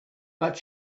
but